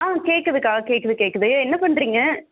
ஆ கேட்குதுக்கா கேட்குது கேட்குது என்ன பண்ணுறீங்க